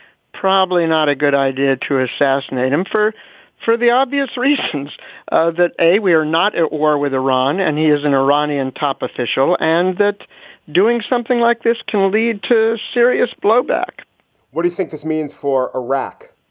probably not a good idea to assassinate him for for the obvious reasons ah that, a, we are not at war with iran and he is an iranian top official and that doing something like this can lead to serious blowback what do you think this means for iraq?